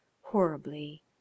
horribly